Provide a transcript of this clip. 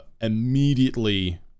immediately